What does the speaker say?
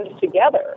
together